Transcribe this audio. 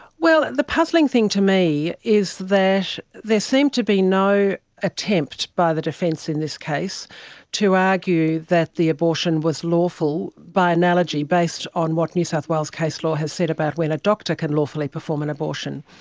well, the puzzling thing to me is that there seemed to be no attempt by the defence in this case to argue that the abortion was lawful by analogy, based on what new south wales case law has said about when a doctor can lawfully perform an abortion.